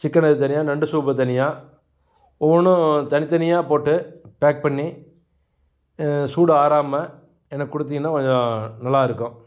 சிக்கனை இது தனியாக நண்டு சூப்பை தனியாக ஒவ்வொன்னும் தனித்தனியாக போட்டு பேக் பண்ணி சூடு ஆறாமல் எனக்கு கொடுத்தீங்கன்னா கொஞ்சம் நல்லா இருக்கும்